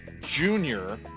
Junior